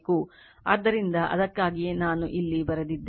ಆದ್ದರಿಂದ ಅದಕ್ಕಾಗಿಯೇ ನಾನು ಇಲ್ಲಿ ಬರೆದಿದ್ದೇನೆ